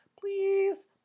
please